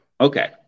Okay